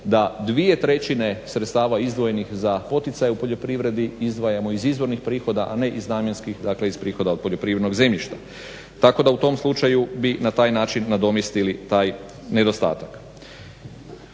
da dvije trećine sredstava izdvojenih za poticaj u poljoprivredi izdvajamo iz izvornih prihoda a ne iz namjenskih dakle iz prihoda od poljoprivrednog zemljišta. Tako da u tom slučaju bi na taj način nadomjestili taj nedostatak.